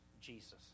Jesus